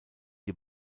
die